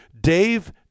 Dave